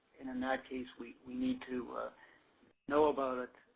in and that case, we need to know about it,